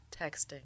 texting